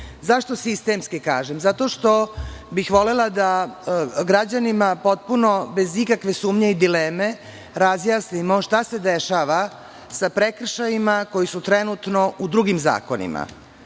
kažem sistemski? Zato što bih volela da građanima potpuno i bez ikakve sumnje i dileme razjasnimo šta se dešava sa prekršajima koji su trenutno u drugim zakonima,